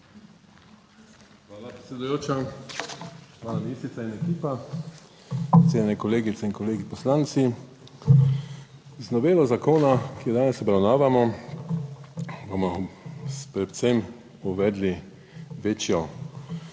Hvala predsedujoča. Spoštovana ministrica in ekipa, cenjene kolegice in kolegi poslanci! Z novelo zakona, ki jo danes obravnavamo, bomo predvsem uvedli večje